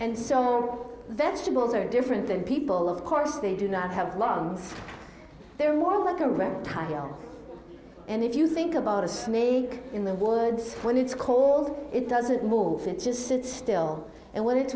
and so or vegetables are different than people of course they do not have lungs they're more like a reptile and if you think about a snake in the woods when it's cold it doesn't move it just sits still and what it